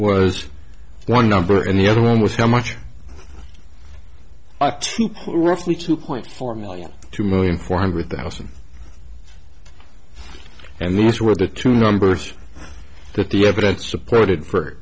was one number and the other one was how much roughly two point four million two million four hundred thousand and these were the two numbers that the evidence supported